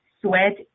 sweat